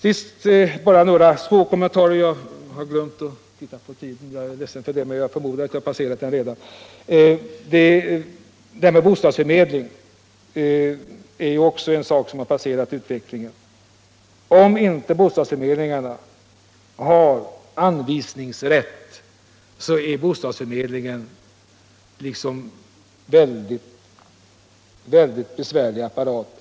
Till sist bara några små kommentarer — jag har glömt att titta på klockan, men jag förmodar att jag redan överskridit den tid som jag antecknat mig för. Bostadsförmedlingen är också en sak som har passerats av utvecklingen. Om bostadsförmedlingen inte har anvisningsrätt, är den en mycket besvärlig apparat.